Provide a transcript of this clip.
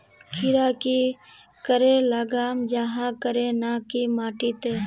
खीरा की करे लगाम जाहाँ करे ना की माटी त?